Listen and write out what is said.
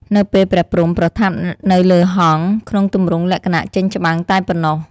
នៅពេល ព្រះព្រហ្ម ប្រថាប់នៅលើហង្ស ក្នុងទម្រងលក្ខណៈចេញច្បាំងតែប៉ុណ្ណោះ ។